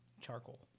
charcoal